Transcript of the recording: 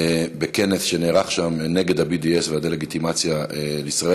בכנס שנערך שם נגד ה-BDS והדה-לגיטימציה לישראל,